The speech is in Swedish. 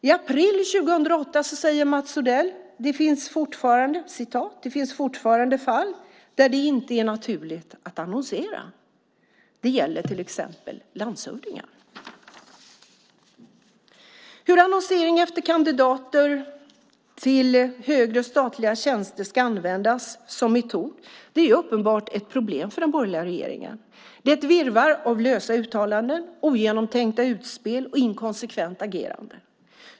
I april 2008 sade Mats Odell: "Det finns fortfarande fall där det är naturligt att inte annonsera. Det gäller till exempel landshövdingar." Hur annonsering efter kandidater till högre statliga tjänster ska användas som metod är uppenbart ett problem för den borgerliga regeringen. Det är ett virrvarr av lösa uttalanden, ogenomtänkta utspel och ett inkonsekvent agerande.